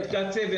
כן,